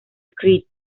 creed